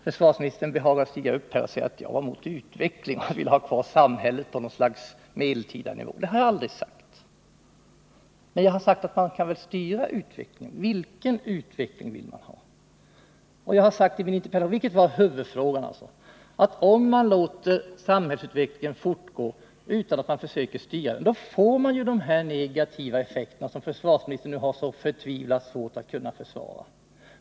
Försvarsministern behagade säga att jag var mot utveckling och ville ha samhället på något slags medeltida nivå. Det har jag aldrig sagt, men jag har sagt att man kan styra utvecklingen och göra klart för sig vilken utveckling man vill ha. Det är ju huvudfrågan. Om man låter samhällsutvecklingen fortgå utan att man försöker styra den får man de negativa effekter som försvarsministern nu har så förtvivlat svårt att kunna försvara.